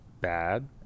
bad